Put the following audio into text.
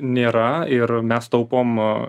nėra ir mes taupom